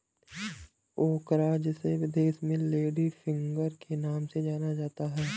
ओकरा जिसे विदेश में लेडी फिंगर के नाम से जाना जाता है